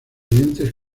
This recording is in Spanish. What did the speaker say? dientes